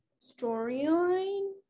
storyline